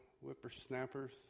Whippersnappers